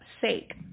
sake